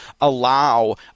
allow